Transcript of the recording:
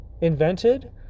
Invented